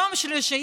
יום שלישי,